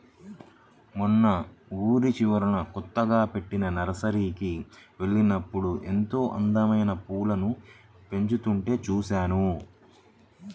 మొన్న ఊరి చివరన కొత్తగా బెట్టిన నర్సరీకి వెళ్ళినప్పుడు ఎంతో అందమైన పూలను పెంచుతుంటే చూశాను